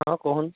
ହଁ କହନ୍ତୁ